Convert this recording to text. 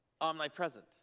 omnipresent